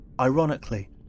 ironically